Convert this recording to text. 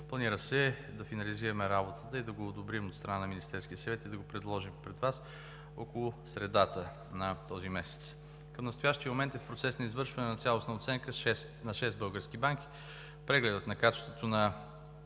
Планира се да финализираме работата и да го одобрим от страна на Министерския съвет и да го предложим пред Вас около средата на този месец. Към настоящия момент е в процес на извършване на цялостна оценка на шест български банки. Прегледът на качеството на